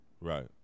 Right